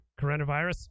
coronavirus